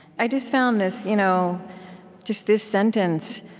i just found this you know just this sentence